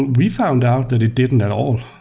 we found out that it didn't at all.